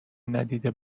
ندیده